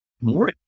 more